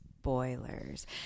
spoilers